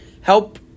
help